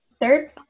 Third